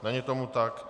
Není tomu tak.